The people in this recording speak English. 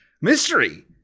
Mystery